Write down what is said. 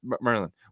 merlin